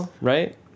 right